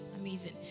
amazing